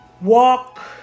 Walk